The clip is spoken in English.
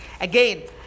again